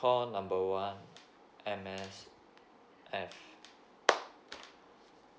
call number one M_S_F